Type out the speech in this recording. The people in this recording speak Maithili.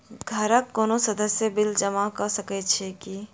घरक कोनो सदस्यक बिल जमा कऽ सकैत छी की?